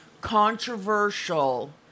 controversial